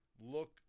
look